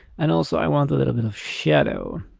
and also i want a little bit of shadow